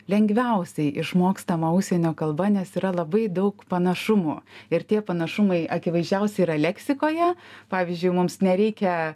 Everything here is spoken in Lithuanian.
lengviausiai išmokstama užsienio kalba nes yra labai daug panašumų ir tie panašumai akivaizdžiausi yra leksikoje pavyzdžiui mums nereikia